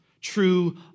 true